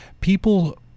people